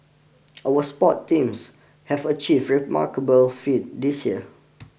our sport teams have achieve very remarkable feat this year